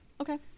okay